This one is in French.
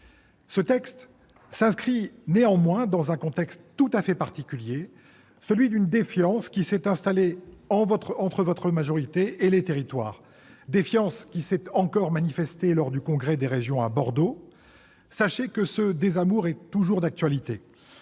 que partagés. Néanmoins, le contexte est tout à fait particulier : une défiance s'est installée entre votre majorité et les territoires, qui s'est encore manifestée lors du congrès des régions à Bordeaux. Sachez que ce désamour est toujours d'actualité